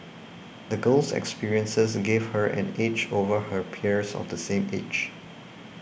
the girl's experiences gave her an edge over her peers of the same age